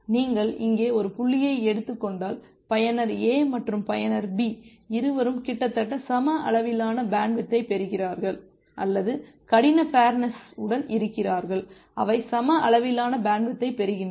நீங்கள் இங்கே ஒரு புள்ளியை எடுத்துக் கொண்டால் பயனர் a மற்றும் பயனர் b இருவரும் கிட்டத்தட்ட சம அளவிலான பேண்ட்வித்தை பெறுகிறார்கள் அல்லது கடின ஃபேர்நெஸ் உடன் இருக்கிறார்கள் அவை சம அளவிலான பேண்ட்வித்தைப் பெறுகின்றன